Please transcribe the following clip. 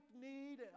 need